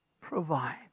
provide